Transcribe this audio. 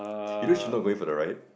you know she not going for the ride